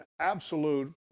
absolute